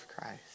Christ